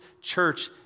church